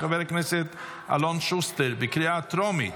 אושרה בקריאה ראשונה,